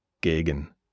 gegen